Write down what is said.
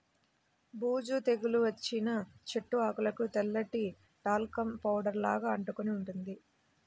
బూజు తెగులు వచ్చిన చెట్టు ఆకులకు తెల్లటి టాల్కమ్ పౌడర్ లాగా అంటుకొని ఉంటుంది